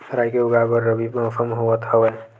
राई के उगाए बर रबी मौसम होवत हवय?